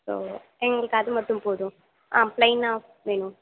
so எங்களுக்கு அது மட்டும் போதும் ஆ ப்ளைனாக வேணும்